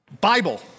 Bible